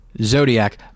zodiac